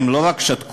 הם לא רק שתקו,